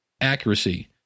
accuracy